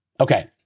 Okay